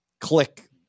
click